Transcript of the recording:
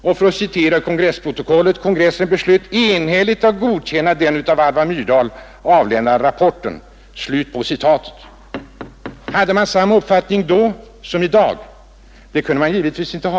Jag kan citera direkt ur kongressprotokollet: ”Kongressen beslöt enhälligt att godkänna den av Alva Myrdal lämnade rapporten.” Hade man samma uppfattning då som i dag? Det kunde man givetvis inte ha.